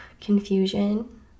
confusion